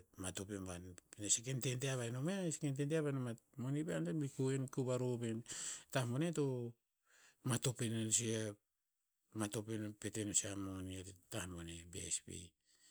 Matop i buan. E si keh ndende hava inom ya, si ke ndende hava inom a moni peh, antoen bi ku en ku varov en. Tah boneh to matop inon si a matop pet ino sih a moni, a tah boneh a bsp.